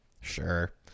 sure